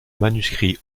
manuscrit